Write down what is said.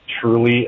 truly